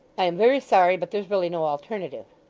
i am very sorry, but there's really no alternative